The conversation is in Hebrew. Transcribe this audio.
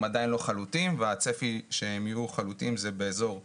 הם עדיין לא חלוטים והצפי שהם יהיו חלוטים זה באזור יוני-יולי.